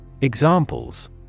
Examples